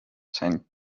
zijn